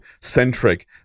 centric